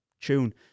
tune